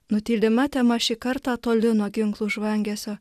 nutylima tema šį kartą toli nuo ginklų žvangesio